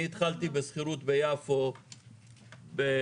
אני התחלתי בשכירות ביפו ב-X,